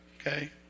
okay